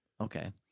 Okay